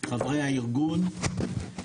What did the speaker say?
חברי הארגון,